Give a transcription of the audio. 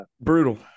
brutal